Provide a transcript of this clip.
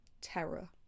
terror